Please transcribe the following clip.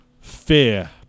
Fear